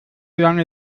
lange